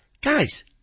guys